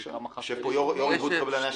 בארץ,